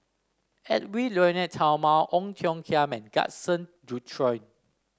Edwy Lyonet Talma Ong Tiong Khiam and Gaston Dutronquoy